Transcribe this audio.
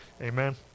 amen